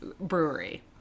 brewery